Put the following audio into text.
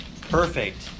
Perfect